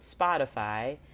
Spotify